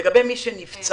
לגבי מי שנפצע